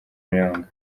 umuyonga